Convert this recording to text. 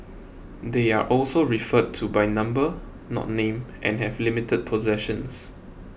they are also referred to by number not name and have limited possessions